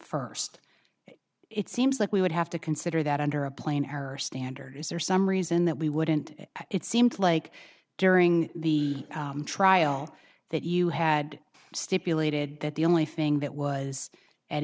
first it seems like we would have to consider that under a plain her standard is there some reason that we wouldn't it seems like during the trial that you had stipulated that the only thing that was an